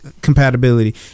compatibility